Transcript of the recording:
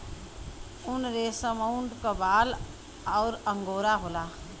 उनरेसमऊट क बाल अउर अंगोरा होला